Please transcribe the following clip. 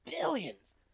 billions